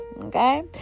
Okay